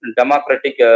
democratic